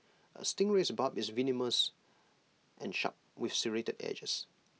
A stingray's barb is venomous and sharp with serrated edges